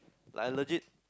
like allergic